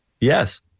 Yes